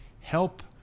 help